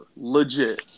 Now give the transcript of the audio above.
Legit